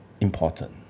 important